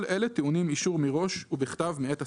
כל אלה טעונים אישור מראש ובכתב מאת השרים: